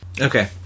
Okay